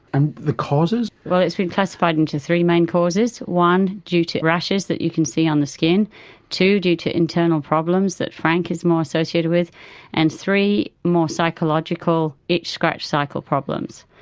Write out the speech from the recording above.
and the causes? but it's been classified into three main causes one, due to rashes that you can see on the skin two, due to internal problems that frank is more associated with and three, more psychological itch-scratch cycle problems,